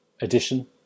edition